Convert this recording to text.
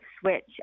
switch